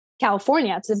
California